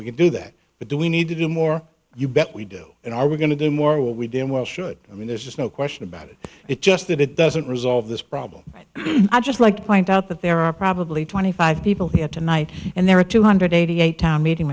we can do that but do we need to do more you bet we do and are we going to do more what we damn well should i mean there's just no question about it it just that it doesn't resolve this problem i just like to point out that there are probably twenty five people here tonight and there are two hundred eighty eight town meeting